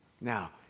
Now